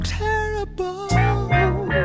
terrible